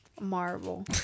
Marvel